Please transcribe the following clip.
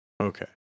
Okay